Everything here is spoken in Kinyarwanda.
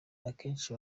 akenshi